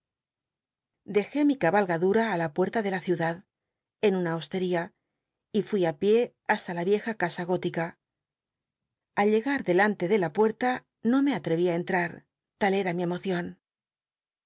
dejé mi cabalgadura í la puerta de la ciudad en una hostería y fui á pié hasta la vieja casa gótic al llegar delante de la puerta no me atreví i entrar t al era mi emocion